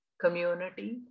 community